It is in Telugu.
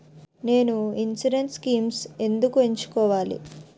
నేను ఇన్సురెన్స్ స్కీమ్స్ ఎందుకు ఎంచుకోవాలి?